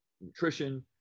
nutrition